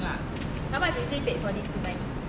how much is he paid for this two month